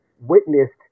witnessed